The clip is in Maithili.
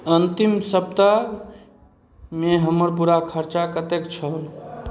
अन्तिम सप्ताहमे हमर पूरा खर्चा कतेक छल